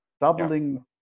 doubling